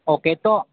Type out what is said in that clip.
okay ਤੋਂ